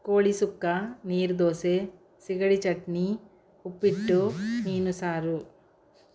ಕೋಳಿಸುಕ್ಕ ನೀರು ದೋಸೆ ಸಿಗಡಿ ಚಟ್ನಿ ಉಪ್ಪಿಟ್ಟು ಮೀನು ಸಾರು